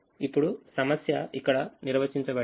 ఇప్పుడు సమస్య ఇక్కడ నిర్వచించబడింది